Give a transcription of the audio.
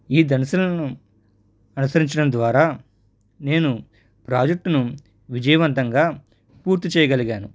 ఈ ధంసలను అనుసరించడం ద్వారా నేను ప్రాజెక్టును విజయవంతంగా పూర్తి చేయగలిగాను